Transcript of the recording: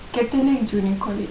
catholic junior college